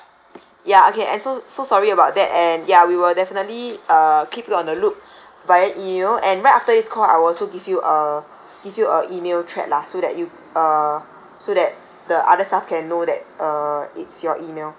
ya okay and so so sorry about that and ya we will definitely uh keep you on the loop via email and right after this call I'll also give you a give you a email thread lah so that you uh so that the other staff can know that uh it's your email